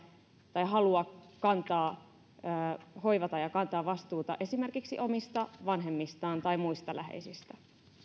tai halua hoivata ja kantaa vastuuta esimerkiksi omista vanhemmistaan tai muista läheisistä